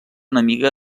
enemiga